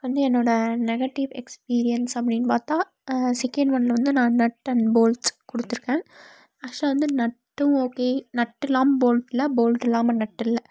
வந்து என்னோடய negative experience அப்படின் பார்த்தா செக்கெண்ட் ஒன்னில் வந்து நான் நட் அண்ட் போல்ட்ஸ் கொடுத்துருக்கேன் ஆக்ச்சுவலா வந்து நட்டும் ஓகே நட்டு இல்லாமல் போல்ட் இல்லை போல்ட் இல்லாமல் நட் இல்லை